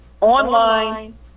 online